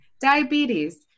diabetes